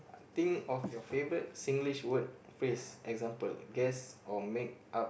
think of your favourite Singlish word phrase example guess or make up